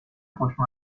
خوشمزه